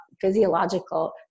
physiological